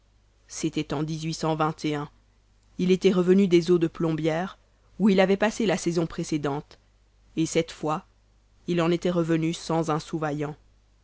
c'était en il était revenu des eaux de plombières où il avait passé la saison précédente et cette fois il en était revenu sans un sou vaillant